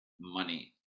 money